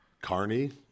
Carney